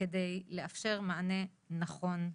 כדי לאפשר מענה נכון לנשים,